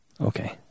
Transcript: Okay